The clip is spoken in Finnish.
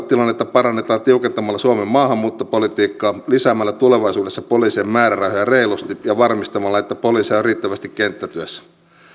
parannetaan tiukentamalla suomen maahanmuuttopolitiikkaa lisäämällä tulevaisuudessa poliisien määrärahoja reilusti ja varmistamalla että poliiseja on riittävästi kenttätyössä meidän on